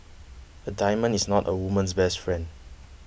a diamond is not a woman's best friend